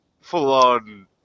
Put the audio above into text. full-on